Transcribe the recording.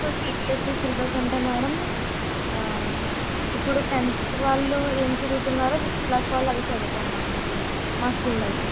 so CBSE syllabus అంటే madam ఇప్పుడు tenth వాళ్ళు ఏమి చదువుతున్నారో సిక్స్త్ క్లాస్ వాళ్ళు అదే చదువుతారు మేడం ఇప్పుడు మా స్కూల్లో అయితే